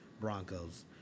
Broncos